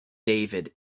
david